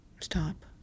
stop